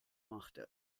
machte